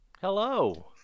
hello